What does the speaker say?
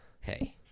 hey